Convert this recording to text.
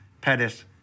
Pettis